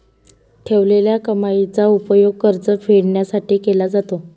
ठेवलेल्या कमाईचा उपयोग कर्ज फेडण्यासाठी केला जातो